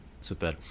Super